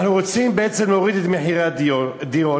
אנחנו רוצים בעצם להוריד את מחירי הדירות,